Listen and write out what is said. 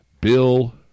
Bill